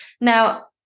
now